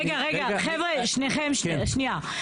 רגע, חבר'ה, שניכם, שנייה.